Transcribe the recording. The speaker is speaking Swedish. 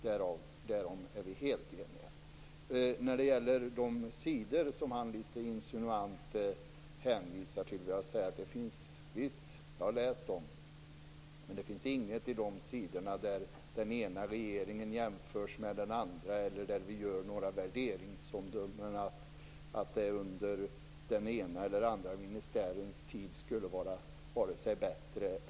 Därom är vi helt eniga. När det gäller de sidor som Anders Björck litet insinuant hänvisar till, vill jag säga: Visst, jag har läst dem. Men det finns inget i de sidorna där den ena regeringen jämförs med den andra eller där vi gör några värderingsomdömen om att det skulle ha varit bättre eller sämre under den ena eller andra ministärens tid.